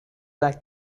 like